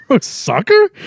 Soccer